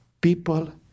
people